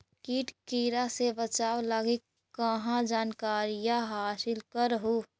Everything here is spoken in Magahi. किट किड़ा से बचाब लगी कहा जानकारीया हासिल कर हू?